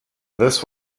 this